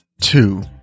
Two